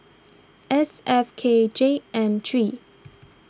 S F K J M three